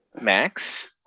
Max